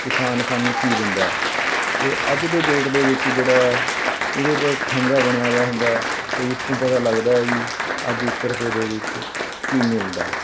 ਕਿਸਾਨ ਸਾਨੂੰ ਕੀ ਦਿੰਦਾ ਹੈ ਅਤੇ ਅੱਜ ਦੇ ਡੇਟ ਦੇ ਵਿੱਚ ਜਿਹੜਾ ਉਹਦੇ ਪਰ ਠੈਂਗਾਂ ਬਣਿਆ ਵਾ ਹੁੰਦਾ ਹੈ ਅਤੇ ਇਸ ਤੋਂ ਪਤਾ ਲੱਗਦਾ ਵੀ ਅੱਜ ਇੱਕ ਰੁਪਏ ਦੇ ਵਿੱਚ ਕੀ ਮਿਲਦਾ